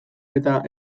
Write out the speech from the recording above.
eta